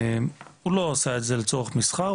הוא לא עשה את זה לצורך מסחר,